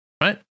right